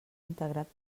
integrat